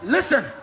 Listen